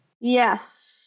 Yes